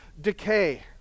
decay